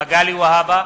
אינו נוכח גילה גמליאל,